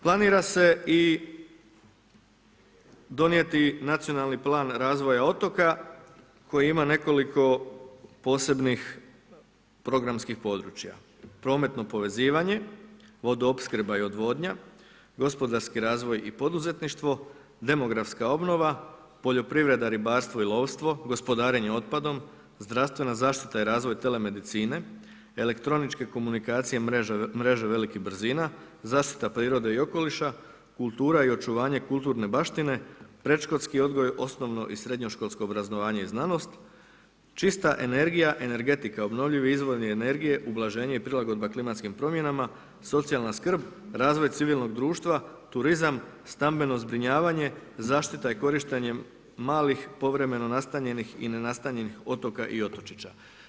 Planira se i donijeti nacionalni plan razvoja otoka koji ima nekoliko posebnih programskih područja: prometno povezivanje, vodoopskrba i odvodnja, gospodarski razvoj i poduzetništvo, demografska obnova, poljoprivreda, ribarstvo i lovstvo, gospodarenje otpadom, zdravstvena zaštita i razvoj tele medicine, elektroničke komunikacije mreže velikih brzina, zaštita prirode i okoliša, kultura i očuvanje kulturne baštine, predškolski odgoj, OŠ i SŠ obrazovanje i znanost, čista energija, energetika, obnovljivi izvori energije, ublaženje i prilagodba klimatskim promjenama, socijalna skrb, razvoj civilnog društva, turizam, stambeno zbrinjavanje, zaštita i korištenje malih povremeno nastanjenih i nenastanjenih otoka i otočića.